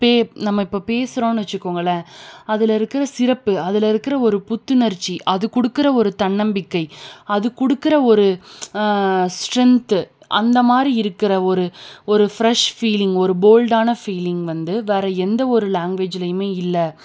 பே நம்ம இப்போ பேசுறோன்னு வச்சுக்கோங்களேன் அதில் இருக்கிற ஒரு சிறப்பு அதில் இருக்கிற ஒரு புத்துணர்ச்சி அது கொடுக்குற ஒரு தன்னம்பிக்கை அது கொடுக்குற ஒரு ஸ்ட்ரென்த்து அந்த மாதிரி இருக்கிற ஒரு ஒரு ஃபிரெஷ் ஃபீலிங் ஒரு போல்டான ஃபீலிங் வந்து வேறே எந்தவொரு லாங்குவேஜ்களையும் இல்லை